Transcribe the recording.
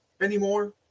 anymore